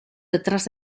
detrás